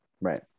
Right